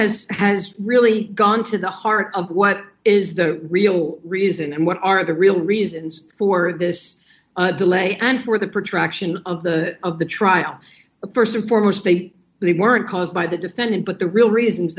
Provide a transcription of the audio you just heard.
has has really gone to the heart of what is the real reason and what are the real reasons for this delay and for the protection of the of the trial the st and foremost they really weren't caused by the defendant but the real reasons